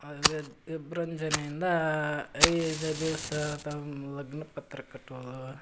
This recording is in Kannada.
ಮದ್ವೆಯದ್ದು ವಿಬ್ರಂಜನೆಯಿಂದ ಐದು ದಿವಸ ತಮ್ಮ ಲಗ್ನ ಪತ್ರಿಕೆ ಕಟ್ಟೋದು